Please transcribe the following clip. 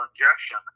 injection